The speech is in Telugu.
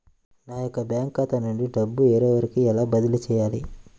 నా యొక్క బ్యాంకు ఖాతా నుండి డబ్బు వేరొకరికి ఎలా బదిలీ చేయాలి?